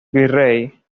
virrey